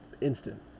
instant